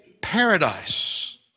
paradise